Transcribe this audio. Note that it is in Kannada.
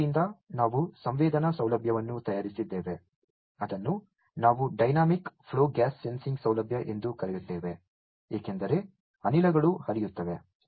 ಆದ್ದರಿಂದ ನಾವು ಸಂವೇದನಾ ಸೌಲಭ್ಯವನ್ನು ತಯಾರಿಸಿದ್ದೇವೆ ಅದನ್ನು ನಾವು ಡೈನಾಮಿಕ್ ಫ್ಲೋ ಗ್ಯಾಸ್ ಸೆನ್ಸಿಂಗ್ ಸೌಲಭ್ಯ ಎಂದು ಕರೆಯುತ್ತೇವೆ ಏಕೆಂದರೆ ಅನಿಲಗಳು ಹರಿಯುತ್ತವೆ